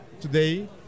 today